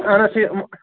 اَہَن حظ ٹھیٖک